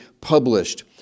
published